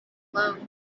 alone